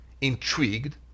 intrigued